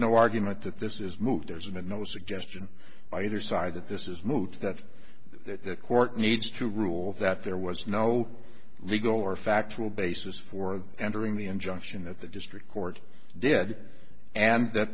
no argument that this is moved there's a no suggestion by either side that this is moot that the court needs to rule that there was no legal or factual basis for entering the injunction that the district court did and that